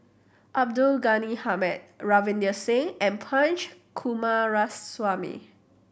Abdul Ghani Hamid Ravinder Singh and Punch Coomaraswamy